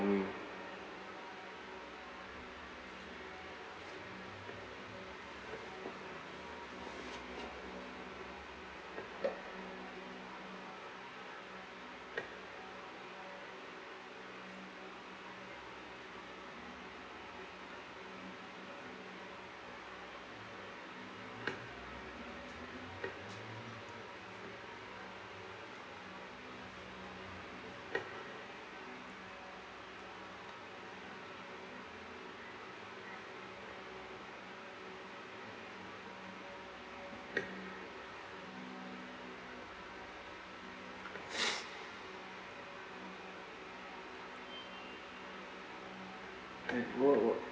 like what what